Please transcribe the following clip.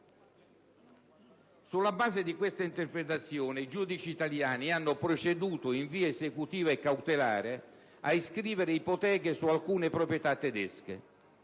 Sulla base di questa interpretazione, i giudici italiani hanno proceduto in via esecutiva e cautelare a iscrivere ipoteche su alcune proprietà tedesche.